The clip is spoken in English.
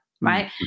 Right